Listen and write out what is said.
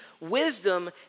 wisdom